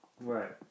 right